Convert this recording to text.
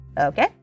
Okay